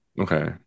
Okay